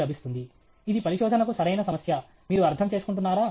లభిస్తుంది ఇది పరిశోధనకు సరైన సమస్య మీరు అర్థం చేసుకంటున్నారా